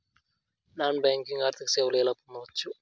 Non banking ఆర్థిక సేవలు ఎలా పొందొచ్చు?